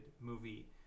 movie